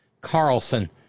Carlson